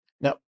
Now